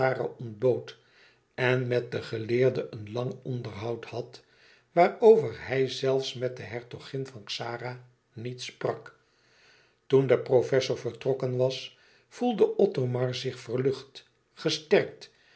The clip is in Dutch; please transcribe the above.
ontbood en met den geleerde een lang onderhoud had waarover hij zelfs met de hertogin van xara niet sprak toen de professor vertrokken was voelde othomar zich verlucht gesterkt